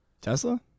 Tesla